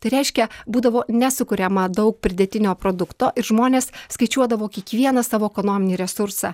tai reiškia būdavo nesukuriama daug pridėtinio produkto ir žmonės skaičiuodavo kiekvieną savo ekonominį resursą